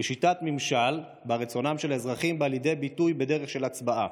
היא שיטת ממשל שבה רצונם של האזרחים בא לידי ביטוי בדרך של הצבעה.